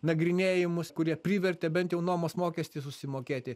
nagrinėjimus kurie privertė bent jau nuomos mokestį susimokėti